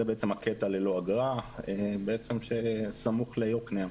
זה בעצם הקטע ללא אגרה שסמוך ליוקנעם.